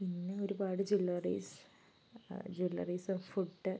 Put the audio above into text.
പിന്നെ ഒരുപാട് jewelleries jewelleries food